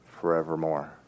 forevermore